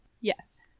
Yes